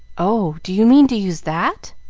oh, do you mean to use that?